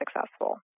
successful